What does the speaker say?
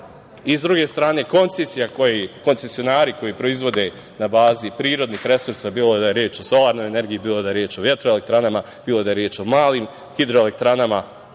koncesija koje koncesionari koji proizvode na bazi prirodnih resursa, bilo da je reč o solarnoj energiji, bilo da je reč o vetroelektranama, bilo da je reč o malim hidroelektranama,